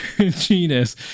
Genius